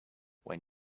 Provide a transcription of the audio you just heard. when